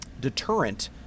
deterrent